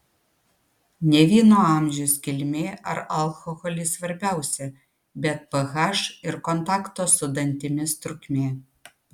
ne vyno amžius kilmė ar alkoholis svarbiausia bet ph ir kontakto su dantimis trukmė